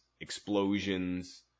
explosions